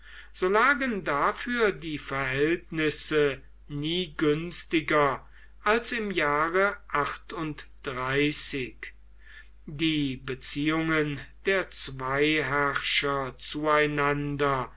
so lagen dafür die verhältnisse nie günstiger als im jahre die beziehungen der zweiherrscher